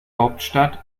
hauptstadt